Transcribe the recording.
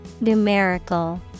Numerical